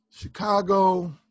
Chicago